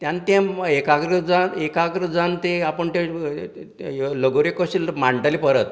आनी तें एकाग्र जावन एकाग्र जान ती लगोऱ्यो कश्यो मांडटलें परत